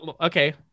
Okay